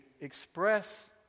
express